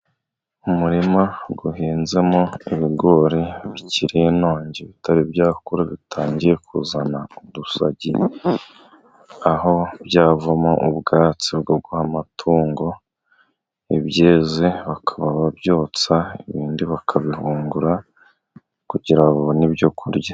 Umurima uhinzemo ibigori bikiri inongi bitari byakura, bitangiye kuzana udusagi, aho byavamo ubwatsi bwo guha amatungo. Ibyeze bakaba babyotsa, ibindi bakabihungura kugira ngo babone ibyo kurya.